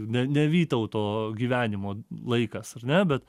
ne ne vytauto gyvenimo laikas ar ne bet